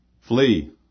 Flee